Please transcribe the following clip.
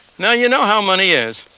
now, you know how money is.